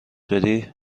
بدی